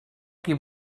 qui